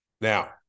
Now